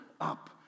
up